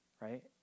Right